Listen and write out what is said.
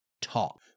talk